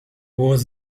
was